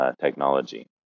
technology